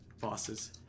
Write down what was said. bosses